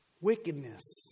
Wickedness